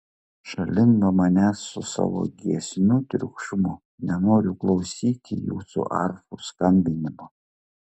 šalin nuo manęs su savo giesmių triukšmu nenoriu klausyti jūsų arfų skambinimo